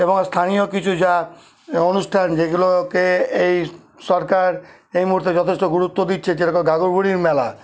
এবং স্থানীয় কিছু যা অনুষ্ঠান যেগুলোকে এই সরকার এই মুহুর্তে যথেষ্ট গুরুত্ব দিচ্ছে যেরকম ঘাগড় বুড়ির মেলা